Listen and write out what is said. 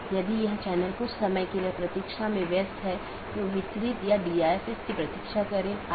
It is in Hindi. यह हर BGP कार्यान्वयन के लिए आवश्यक नहीं है कि इस प्रकार की विशेषता को पहचानें